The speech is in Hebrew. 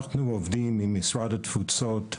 אנחנו עובדים עם משרד התפוצות 8,